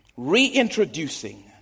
Reintroducing